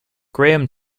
graham